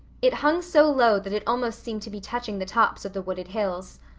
it hung so low that it almost seemed to be touching the tops of the wooded hills.